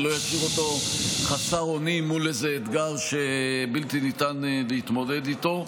ולא ישאיר אותו חסר אונים מול איזה אתגר שבלתי ניתן להתמודד איתו.